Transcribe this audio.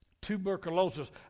tuberculosis